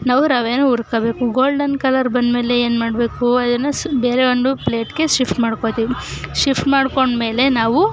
ನಾವು ರವೆನ ಹುರ್ಕೊಳ್ಬೇಕು ಗೋಲ್ಡನ್ ಕಲರ್ ಬಂದಮೇಲೆ ಏನು ಮಾಡಬೇಕು ಅದನ್ನು ಸ್ ಬೇರೆ ಒಂದು ಪ್ಲೇಟಿಗೆ ಶಿಫ್ಟ್ ಮಾಡ್ಕೊಳ್ತೀವಿ ಶಿಫ್ಟ್ ಮಾಡಿಕೊಂಡ್ಮೇಲೆ ನಾವು